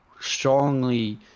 strongly